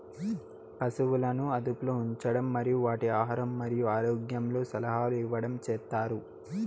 పసువులను అదుపులో ఉంచడం మరియు వాటి ఆహారం మరియు ఆరోగ్యంలో సలహాలు ఇవ్వడం చేత్తారు